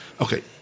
Okay